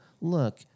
look